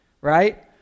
Right